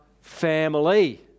family